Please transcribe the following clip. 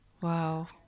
wow